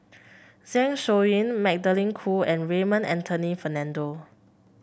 Zeng Shouyin Magdalene Khoo and Raymond Anthony Fernando